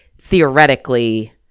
theoretically